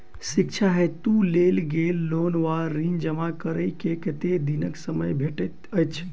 शिक्षा हेतु लेल गेल लोन वा ऋण जमा करै केँ कतेक दिनक समय भेटैत अछि?